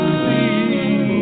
see